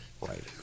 Right